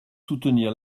soutenir